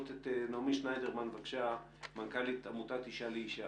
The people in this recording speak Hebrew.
נעמי שניידרמן, מנכ"לית עמותת אישה לאישה.